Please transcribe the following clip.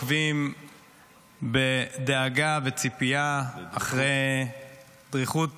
עוקבים בדאגה וציפייה ובדריכות